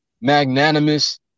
magnanimous